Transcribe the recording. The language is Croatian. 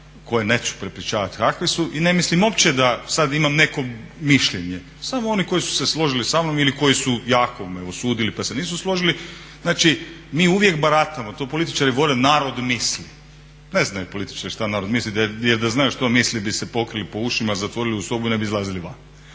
koje neću prepričavati kakvi su i ne mislim uopće da sada imam neko mišljenje, samo oni koji su se složili samnom ili koji su jako me osudili pa se nisu složili. Znači mi uvijek baratamo, to političari vole, narod misli. Ne znaju političari što narod misli jer da znaju što misli bi se pokrili po ušima, zatvorili u sobu i ne bi izlazili van.